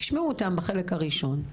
תשמעו אותן בחלק הראשון,